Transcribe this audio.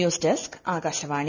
news desk Akashvani